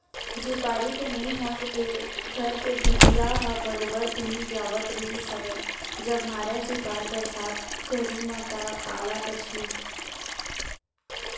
झिपारी के नइ होय ले घर के भीतिया ह बरोबर भींग जावत रिहिस हवय जब मारय झिपार बरसात घरी म ता काला बचही